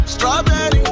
Strawberry